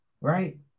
right